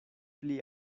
pli